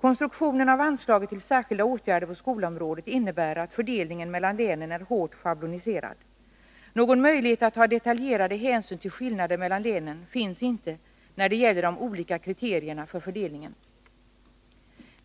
Konstruktionen av anslaget till särskilda åtgärder på skolområdet innebär att fördelningen mellan länen är hårt schabloniserad. Någon möjlighet att ta detaljerade hänsyn till skillnader mellan länen finns inte när det gäller de olika kriterierna för fördelningen.